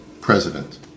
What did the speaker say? president